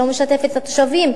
שלא משתפת את התושבים,